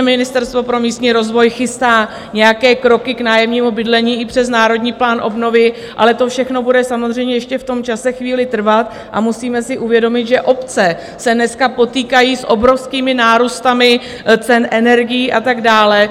Ministerstvo pro místní rozvoj chystá nějaké kroky k nájemnímu bydlení i přes Národní plán obnovy, ale to všechno bude samozřejmě ještě v tom čase chvíli trvat a musíme si uvědomit, že obce se dneska potýkají s obrovským nárůstem cen energií a tak dále.